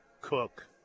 cook